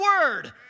word